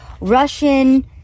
Russian